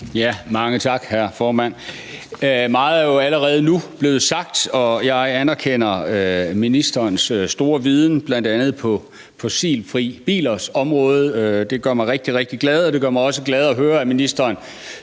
Mange tak, hr. formand. Meget er jo allerede nu blevet sagt, og jeg anerkender ministerens store viden, bl.a. på fossilfri bilers område. Det gør mig rigtig, rigtig glad, og det gør mig også glad at høre, at ministeren